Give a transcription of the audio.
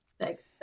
thanks